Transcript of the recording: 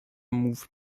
moved